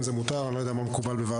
אם זה מותר אני לא יודע מה מקובל בוועדות.